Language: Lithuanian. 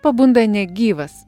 pabunda negyvas